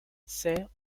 serre